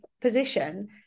position